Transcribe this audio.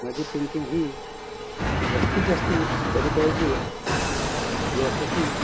माझी पेंटिंग ही जास्तीत जास्त विकसि झाली पायजे यासाठी